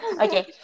Okay